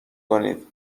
کنید